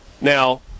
now